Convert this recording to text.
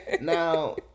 now